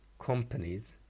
companies